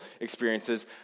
experiences